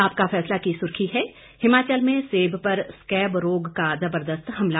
आपका फैसला की सुर्खी है हिमाचल में सेब पर स्कैब रोग का जबरदस्त हमला